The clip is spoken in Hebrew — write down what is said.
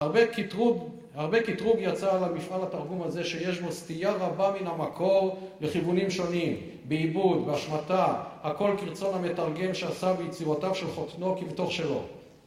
הרבה קטרו יצא למפעל התרגום הזה, שיש בו סטייה רבה מן המקור לכיוונים שוניים, בעיבוד, בהשמטה, הכל כרצון המתרגם שעשה ביצירותיו של חותנו כבתוך שלו.